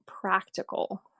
practical